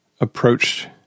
approached